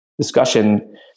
discussion